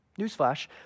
Newsflash